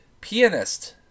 Pianist